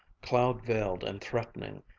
cloud-veiled and threatening,